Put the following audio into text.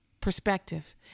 perspective